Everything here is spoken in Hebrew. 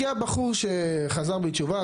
הגיע בחור שחזר בתשובה,